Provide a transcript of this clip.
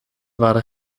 waren